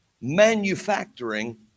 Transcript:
manufacturing